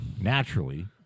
Naturally